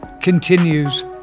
continues